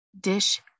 dish